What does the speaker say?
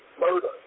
murder